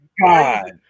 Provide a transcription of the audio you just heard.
god